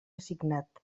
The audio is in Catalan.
assignat